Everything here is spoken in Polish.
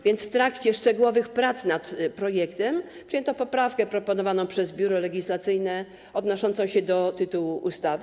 W trakcie szczegółowych prac nad projektem przyjęto poprawkę proponowaną przez Biuro Legislacyjne, odnoszącą się do tytułu ustawy.